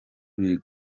biri